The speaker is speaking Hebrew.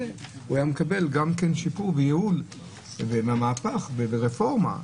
הוא היה מקבל גם שיפור וייעול ומהפך ורפורמה,